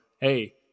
hey